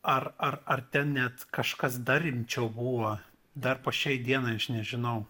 ar ar ar ten net kažkas dar rimčiau buvo dar po šiai dienai aš nežinau